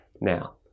Now